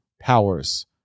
powers